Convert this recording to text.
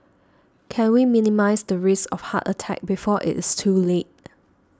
can we minimise the risk of heart attack before it is too late